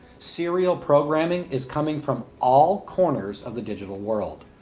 serial programing is coming from all corners of the digital world.